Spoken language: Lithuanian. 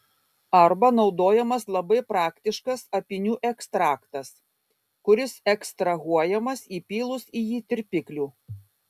arba naudojamas labai praktiškas apynių ekstraktas kuris ekstrahuojamas įpylus į jį tirpiklių